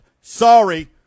Sorry